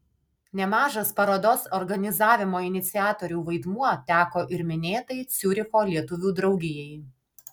nemažas parodos organizavimo iniciatorių vaidmuo teko ir minėtai ciuricho lietuvių draugijai